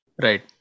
Right